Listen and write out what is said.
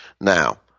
Now